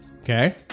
Okay